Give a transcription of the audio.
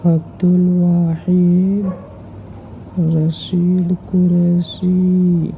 Abdul Wahid Rashid Qureshi